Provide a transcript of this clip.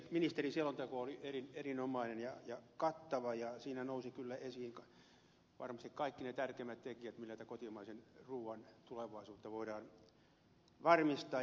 ministerin selonteko oli erinomainen ja kattava ja siinä nousi kyllä varmasti esiin kaikki ne tärkeimmät tekijät millä tätä kotimaisen ruuan tulevaisuutta voidaan varmistaa